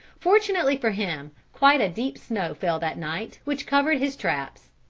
fortunately for him, quite a deep snow fell that night, which covered his traps.